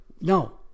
No